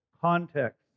context